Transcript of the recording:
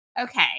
okay